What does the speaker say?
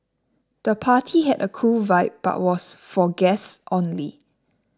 the party had a cool vibe but was for guests only